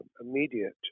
immediate